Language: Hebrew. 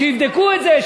ויבדקו את זה,